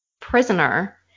prisoner